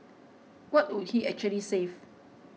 what would he actually save